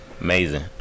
Amazing